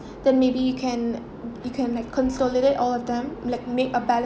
then maybe you can you can like consolidate all of them like make a bal~